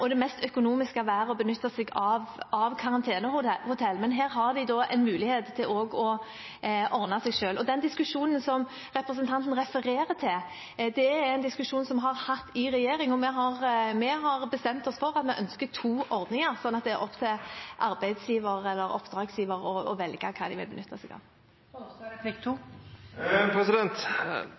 vil det mest praktiske og det mest økonomiske være å benytte seg av karantenehotell, men her har de da mulighet til å ordne seg selv. Den diskusjonen som representanten refererer til, er en diskusjon vi har hatt i regjeringen. Vi har bestemt oss for at vi ønsker to ordninger, slik at det er opp til arbeidsgiver, eller oppdragsgiver, å velge hva de vil benytte seg av.